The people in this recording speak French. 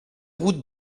route